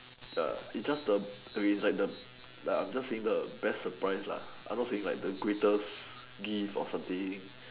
ya it's just the okay like it's like the I'm just saying the best surprise lah I'm not saying the greatest gift or something